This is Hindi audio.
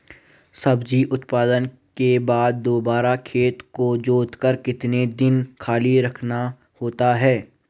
सब्जी उत्पादन के बाद दोबारा खेत को जोतकर कितने दिन खाली रखना होता है?